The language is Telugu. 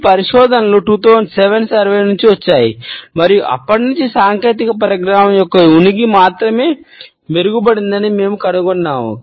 ఈ పరిశోధనలు 2007 సర్వే నుండి వచ్చాయి మరియు అప్పటి నుండి సాంకేతిక పరిజ్ఞానం యొక్క ఉనికి మాత్రమే మెరుగుపరచబడిందని మేము కనుగొన్నాము